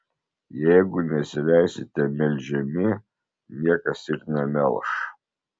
jeigu nesileisite melžiami niekas ir nemelš